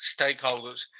stakeholders